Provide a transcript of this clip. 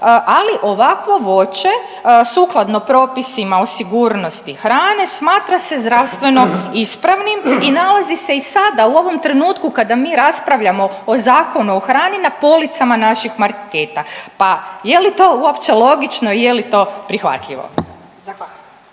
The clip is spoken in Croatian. ali ovakvo voće sukladno propisima o sigurnosti hrane smatra se zdravstveno ispravnim i nalazi se i sada u ovom trenutku kada mi raspravljamo o Zakonu o hrani na policama naših marketa, pa je li to uopće logično i je li to prihvatljivo?